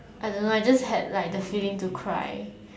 I don't know I just had the feeling to cry